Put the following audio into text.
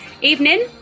Evening